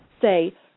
say